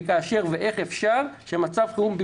איך אפשר במצב חירום,